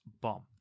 bomb